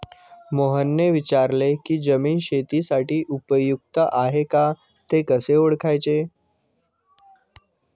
मोहनने विचारले की जमीन शेतीसाठी उपयुक्त आहे का ते कसे ओळखायचे?